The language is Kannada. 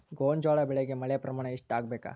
ಗೋಂಜಾಳ ಬೆಳಿಗೆ ಮಳೆ ಪ್ರಮಾಣ ಎಷ್ಟ್ ಆಗ್ಬೇಕ?